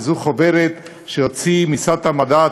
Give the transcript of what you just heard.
וזו חוברת שהוציא משרד המדע,